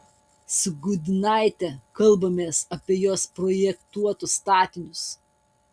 su gudynaite kalbamės apie jos projektuotus statinius